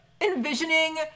envisioning